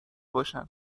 باشن